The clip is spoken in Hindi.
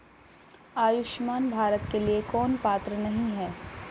आयुष्मान भारत के लिए कौन पात्र नहीं है?